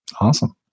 Awesome